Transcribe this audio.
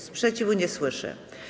Sprzeciwu nie słyszę.